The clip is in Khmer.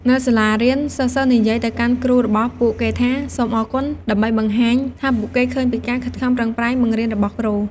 នៅសាលារៀន សិស្សៗនិយាយទៅកាន់គ្រូរបស់ពួកគេថា សូមអរគុណ ដើម្បីបង្ហាញថាពួកគេឃើញពីការខិតខំប្រឹងប្រែងបង្រៀនរបស់គ្រូ។